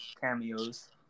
cameos